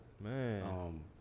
Man